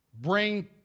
bring